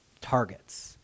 targets